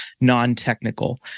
non-technical